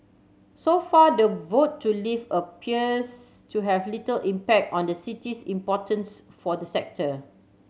so far the vote to leave appears to have little impact on the city's importance for the sector